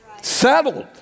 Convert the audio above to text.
Settled